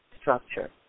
structure